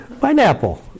pineapple